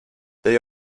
they